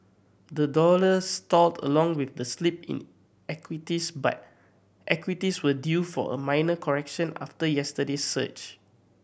the dollar stalled along with the slip in equities but equities were due for a minor correction after yesterday's surge